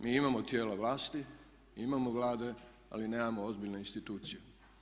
Mi imamo tijela vlasti, imamo Vlade ali nemamo ozbiljne institucije.